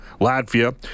Latvia